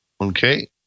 okay